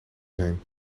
zijn